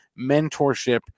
mentorship